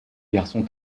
garçon